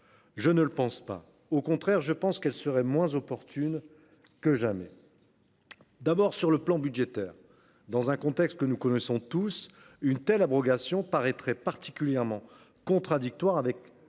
Je ne le pense pas. Au contraire, elle serait moins opportune que jamais. D’un point de vue budgétaire, d’abord, dans un contexte que nous connaissons tous, une telle abrogation paraîtrait particulièrement contradictoire avec